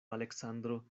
aleksandro